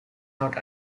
not